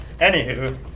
Anywho